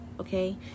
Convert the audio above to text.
okay